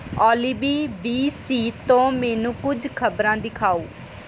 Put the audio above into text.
ਓਲੀ B B C ਤੋਂ ਮੈਨੂੰ ਕੁਝ ਖ਼ਬਰਾਂ ਦਿਖਾਓ